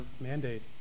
mandate